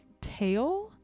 tail